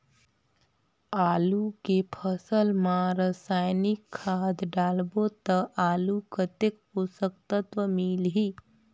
आलू के फसल मा रसायनिक खाद डालबो ता आलू कतेक पोषक तत्व मिलही?